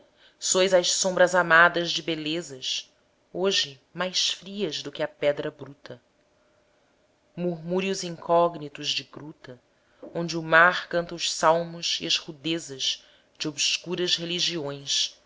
sois as sombras amadas de belezas hoje mais frias do que a pedra bruta murmúrios incógnitos de gruta onde o mar canta os salmos e as rudezas de obscuras religiões